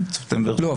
לא,